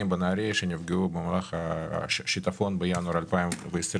בנהריה שנפגעו במהלך השיטפון בינואר 2020,